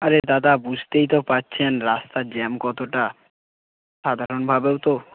আরে দাদা বুঝতেই তো পারছেন রাস্তার জ্যাম কতটা সাধারণভাবেও তো